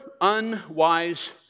unwise